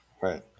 Right